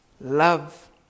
Love